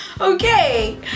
okay